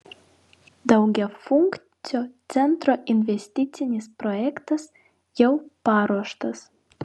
daugiafunkcio centro investicinis projektas jau paruoštas